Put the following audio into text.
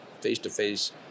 face-to-face